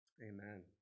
amen